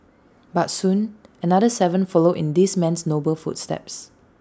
but soon another Seven followed in this man's noble footsteps